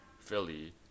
Philly